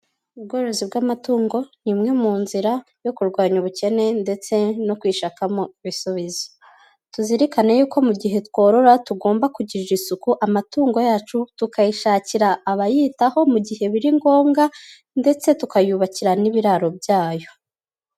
Ubworozi bw'amatungo, ni imwe mu nzira yo kurwanya ubukene ndetse no kwishakamo ibisubizo. Tuzirikane yuko mu gihe tworora tugomba kugirira isuku amatungo yacu, tukayashakira abayitaho mu gihe biri ngombwa ndetse tukayubakira n'ibiraro byayo.